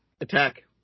attack